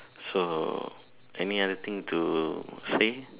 so any other thing to say